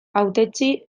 hautetsi